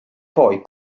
poi